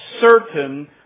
certain